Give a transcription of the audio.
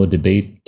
Debate